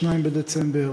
2 בדצמבר,